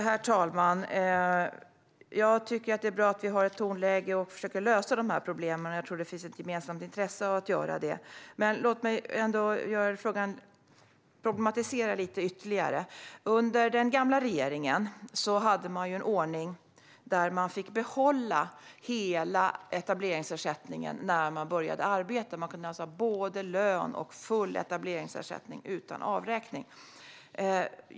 Herr talman! Det är bra att vi har ett gott tonläge och försöker lösa de här problemen, och jag tror att det finns ett gemensamt intresse av att göra det. Låt mig ändå problematisera frågan lite ytterligare. Under den gamla regeringen hade vi en ordning där man fick behålla hela etableringsersättningen när man började arbeta. Man kunde alltså ha både lön och full etableringsersättning utan avräkning.